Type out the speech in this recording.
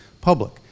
public